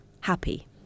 Happy